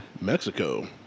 Mexico